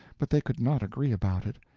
but they could not agree about it,